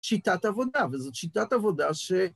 ‫שיטת עבודה, וזו שיטת עבודה ש...